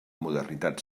modernitat